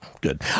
good